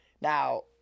now